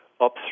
up